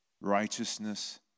Righteousness